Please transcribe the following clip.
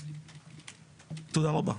תודה רבה.